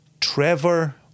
Trevor